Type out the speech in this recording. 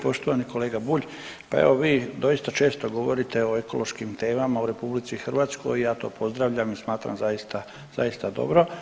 Poštovani kolega Bulj, pa evo vi doista često govorite o ekološkim temama u RH i ja to pozdravljam i smatram zaista, zaista dobro.